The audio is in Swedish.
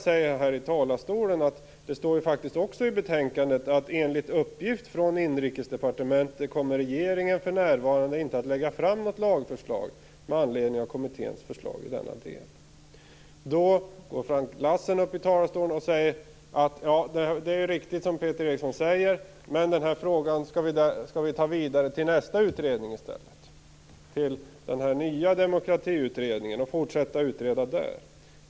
Men det står också i betänkandet: "Enligt uppgift från Inrikesdepartementet kommer regeringen för närvarande inte att lägga fram något lagförslag med anledning av kommitténs förslag i denna del." Då säger Frank Lassen: Det är ju riktigt som Peter Eriksson säger, men den här frågan skall i stället föras vidare till nästa utredning - den nya demokratiutredningen - för en fortsatt behandling där.